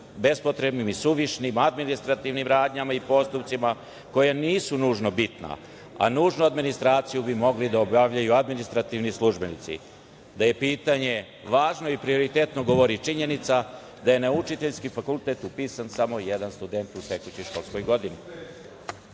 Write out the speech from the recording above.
bespotrebnim i suvišnim administrativnim radnjama i postupcima, koje nisu nužno bitna. Nužnu administraciju bi mogli da obavljaju administrativni službenici. Da je pitanje važno i prioritetno govori činjenica da je na Učiteljski fakultet upisan samo jedan student u tekućoj školskoj godini. Pitanje